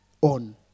on